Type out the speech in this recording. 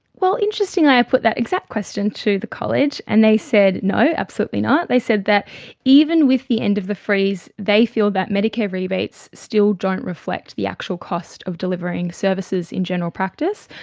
well, interestingly i put that exact question to the college, and they said no, absolutely not. they said that even with the end of the freeze, they feel that medicare rebates still don't reflect the actual cost of delivering services in general practice,